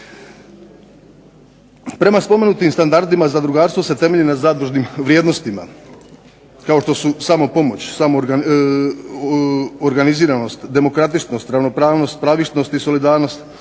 Prema spomenutim standardima zadrugarstvo se temelji na zadružnim vrijednostima kao što su samopomoć, organiziranost, demokratičnost, ravnopravnost, pravičnost i solidarnost